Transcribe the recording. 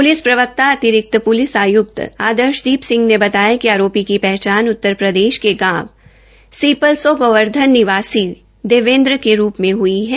police प्रवकता अतिरिक्त police आयुक्त आदर्शदीप सिंह ने बताया कि आरामी की पहचान उत्तरप्रदेश के गांव सीपल स गावर्धन निवासी देवेंद्र के रूप में हई है